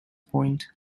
point